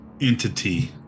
entity